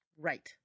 right